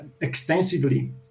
extensively